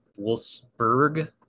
Wolfsburg